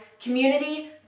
community